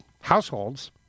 households